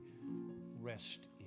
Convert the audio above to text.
rest